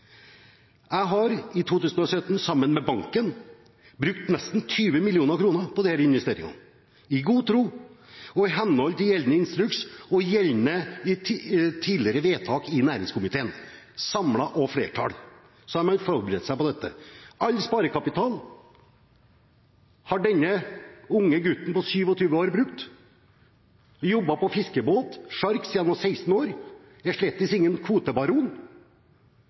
Jeg har i 2017, sammen med banken, brukt nesten 20 millioner kroner på disse investeringene, i god tro og iht. gjeldende instruks.» Ut fra tidligere vedtak i næringskomiteen – samlet og et flertall – har man forberedt seg på dette. All sparekapital har denne unge gutten på 27 år brukt. Han har jobbet på fiskebåt, sjark, siden han var 16 år. Han er slett ingen kvotebaron.